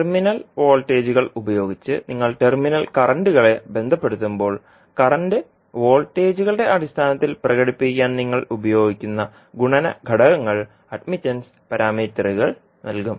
terminal വോൾട്ടേജുകൾ ഉപയോഗിച്ച് നിങ്ങൾ ടെർമിനൽ കറന്റ്കളെ ബന്ധപ്പെടുത്തുമ്പോൾ കറന്റ് വോൾട്ടേജുകളുടെ അടിസ്ഥാനത്തിൽ പ്രകടിപ്പിക്കാൻ നിങ്ങൾ ഉപയോഗിക്കുന്ന ഗുണന ഘടകങ്ങൾ അഡ്മിറ്റൻസ് പാരാമീറ്ററുകൾ നൽകും